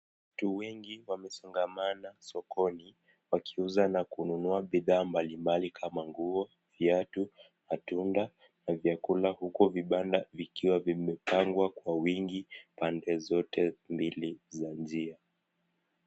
Watu wengi wamesongamana sokoni wakiuza na kununua bidhaa mbalimbali kama nguo viatu, matunda na vyakula huko vibanda vikiwa vimepangwa kwa wingi pande zote mbili za njia.